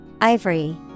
Ivory